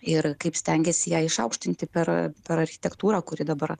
ir kaip stengėsi ją išaukštinti per per architektūrą kuri dabar